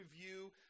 review